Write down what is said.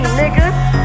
nigga